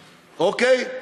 אוקיי?